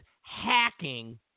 hacking